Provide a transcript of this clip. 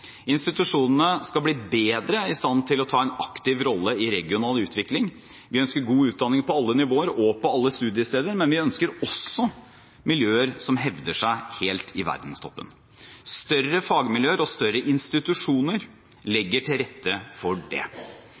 Institusjonene skal bli bedre i stand til å ta en aktiv rolle i regional utvikling. Vi ønsker god utdanning på alle nivåer og på alle studiesteder, men vi ønsker også miljøer som hevder seg helt i verdenstoppen. Større fagmiljøer og større institusjoner legger til rette for det.